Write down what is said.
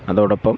അതോടൊപ്പം